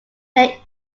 they